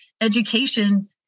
education